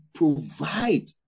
provide